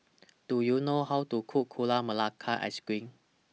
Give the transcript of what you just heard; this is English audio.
Do YOU know How to Cook Gula Melaka Ice Cream